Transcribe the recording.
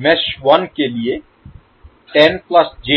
मेष 1 के लिए मेष 2 के